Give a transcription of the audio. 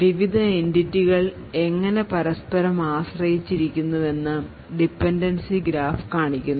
വിവിധ എന്റിറ്റികൾ എങ്ങനെ പരസ്പരം ആശ്രയിച്ചിരിക്കുന്നുവെന്ന് ഡിപൻഡൻസി ഗ്രാഫ് കാണിക്കുന്നു